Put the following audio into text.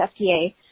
FDA